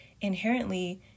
inherently